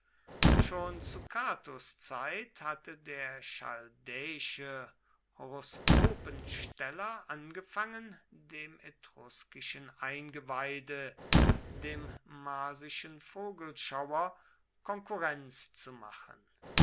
schon zu catos zeit hatte der chaldäische horoskopensteller angefangen dem etruskischen eingeweide dem marsischen vogelschauer konkurrenz zu machen